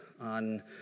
on